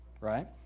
Right